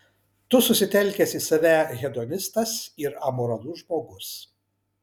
tu susitelkęs į save hedonistas ir amoralus žmogus